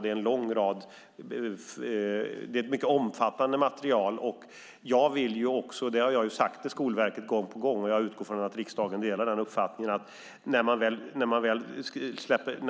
Det är ett mycket omfattande material. Jag har till Skolverket gång på gång sagt, och jag utgår från att riksdagen delar den uppfattningen, att när